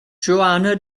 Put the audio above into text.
johanna